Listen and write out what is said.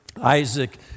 Isaac